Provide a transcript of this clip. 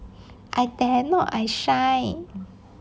I dare not I shy